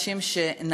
שעתיים,